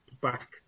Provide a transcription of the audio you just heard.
back